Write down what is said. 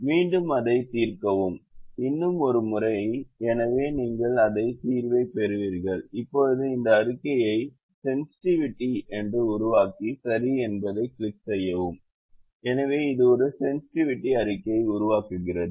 மீண்டும் அதைத் தீர்க்கவும் இன்னும் ஒரு முறை எனவே நீங்கள் அதே தீர்வைப் பெறுவீர்கள் இப்போது இந்த அறிக்கையை சென்சிட்டிவிட்டி என்று உருவாக்கி சரி என்பதைக் கிளிக் செய்யவும் எனவே இது ஒரு சென்சிட்டிவிட்டி அறிக்கையை உருவாக்குகிறது